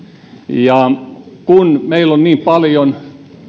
ja kun meillä on niin paljon